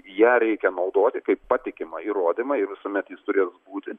ją reikia naudoti kaip patikimą įrodymą ir visuomet jis turės būti